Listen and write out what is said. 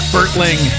Bertling